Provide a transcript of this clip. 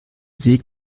weg